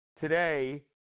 today